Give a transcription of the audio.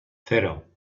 cero